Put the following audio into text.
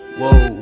whoa